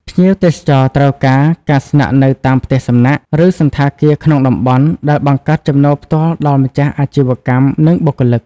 ភ្ញៀវទេសចរត្រូវការ ការស្នាក់នៅតាមផ្ទះសំណាក់ ឬសណ្ឋាគារក្នុងតំបន់ ដែលបង្កើតចំណូលផ្ទាល់ដល់ម្ចាស់អាជីវកម្ម និងបុគ្គលិក។